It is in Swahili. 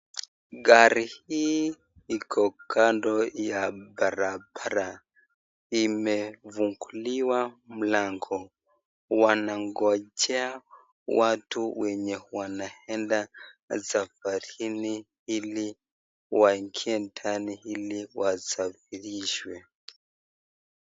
Gari hii iko kando ya barabara, imefunguliwa mlango. Wanangojea watu wenye wanaenda safarini ili waingie ndani ili wasafirishwe.